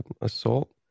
assault